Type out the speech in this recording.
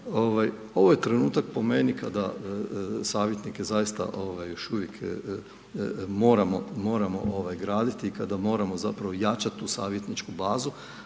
ovo je trenutak po meni kada savjetnike zaista još uvijek moramo graditi i kada moramo zapravo jačati tu savjetničku bazu.